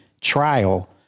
trial